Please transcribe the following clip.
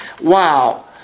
Wow